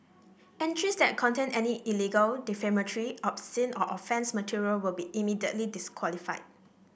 entries that contain any illegal defamatory obscene or offensive material will be immediately disqualified